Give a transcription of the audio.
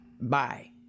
bye